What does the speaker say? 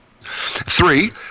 Three